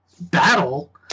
battle